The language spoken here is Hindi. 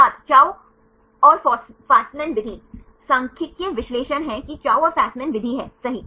छात्र चाउ फेसमैन विधि सांख्यिकीय विश्लेषण है कि चाउ और फेसमैन विधि है सही